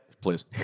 Please